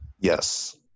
yes